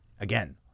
Again